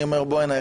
אני אומר: בוא'נה,